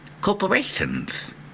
Corporations